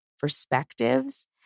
perspectives